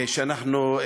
שאנחנו,